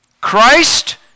Christ